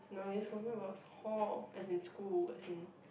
no is talking about hall as in school as in